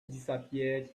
disappeared